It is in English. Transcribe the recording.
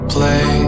Play